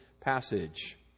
passage